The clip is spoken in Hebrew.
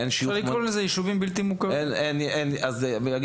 אין שם שיוך מוניציפלי --- אפשר לקרוא לזה ישובים בלתי מוכרים.